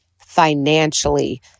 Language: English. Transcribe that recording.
financially